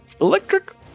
electric